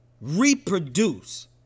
reproduce